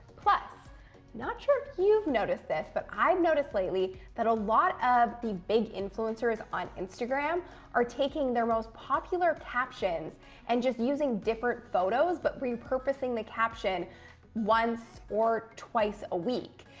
plus, i'm not sure if you've noticed this, but i've noticed lately that a lot of the big influencers on instagram are taking their most popular captions and just using different photos, but repurposing the caption once or twice a week.